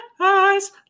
eyes